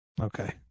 Okay